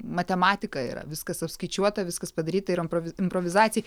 matematika yra viskas apskaičiuota viskas padaryta ir impro improvizacija